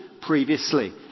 previously